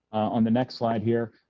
on the next slide here,